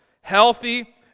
healthy